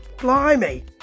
Blimey